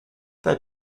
their